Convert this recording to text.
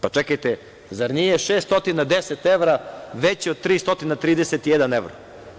Pa čekajte, zar nije 610 evra veće od 331 evro?